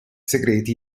segreti